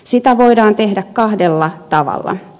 sitä voidaan tehdä kahdella tavalla